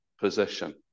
position